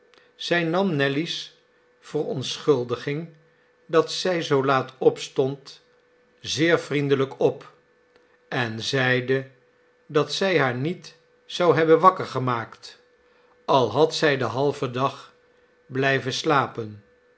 zij nam nelly's verontschuldiging dat zij zoo laat opstond zeer vriendelijk op en zeide dat zij haar niet zou hebben wakker gemaakt al had zij den halven dag blijven slapen